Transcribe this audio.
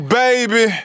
baby